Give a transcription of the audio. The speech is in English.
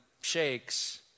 shakes